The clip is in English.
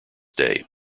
day